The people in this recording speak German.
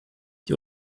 die